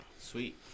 Sweet